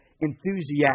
enthusiastic